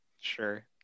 Sure